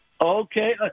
Okay